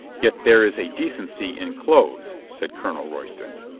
yet there is a decency in clothes, said colonel royston.